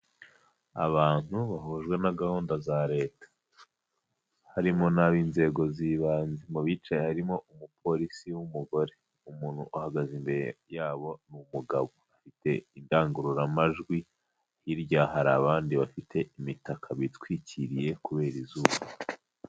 Abantu bahujwe na gahunda za leta, harimo n'ab'inzego z'ibanze, mu bicaye harimo umupolisi w'umugore, umuntu uhagaze imbere yabo ni umugabo afite indangururamajwi, hirya hari abandi bafite imitaka bitwikiriye kubera izuba.